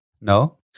No